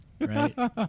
right